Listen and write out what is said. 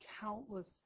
countless